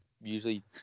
usually